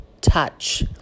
touch